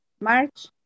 march